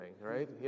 right